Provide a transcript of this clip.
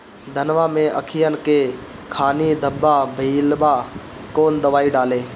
धनवा मै अखियन के खानि धबा भयीलबा कौन दवाई डाले?